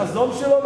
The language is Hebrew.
החזון שלו,